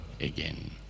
again